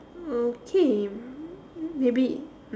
okay maybe